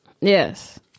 Yes